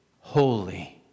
holy